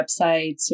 websites